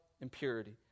impurity